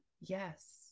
Yes